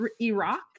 Iraq